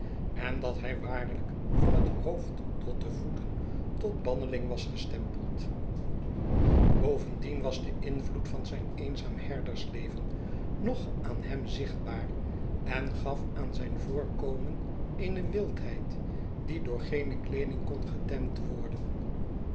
en dat hij waarlijk van het hoofd tot de voeten tot banneling was gestempeld bovendien was de invloed van zijn eenzaam herdersleven nog aan hem zichtbaar en gaf aan zijn voorkomen eene wildheid die door geene kleeding kon getemd worden